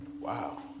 wow